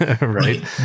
Right